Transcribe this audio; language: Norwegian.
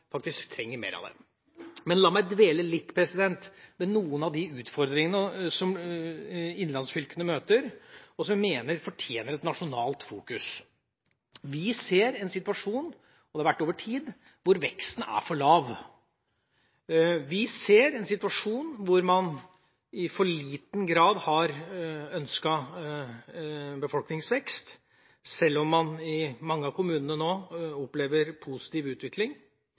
innlandsfylkene møter, og som jeg mener fortjener en fokusering nasjonalt. Vi ser en situasjon – det har vært slik over tid – hvor veksten er for lav. Vi ser en situasjon hvor man i for liten grad har ønsket befolkningsvekst, selv om man i mange av kommunene nå opplever positiv utvikling.